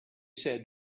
said